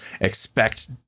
expect